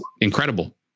incredible